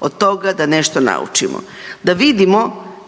od toga da nešto naučimo, da vidimo